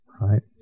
right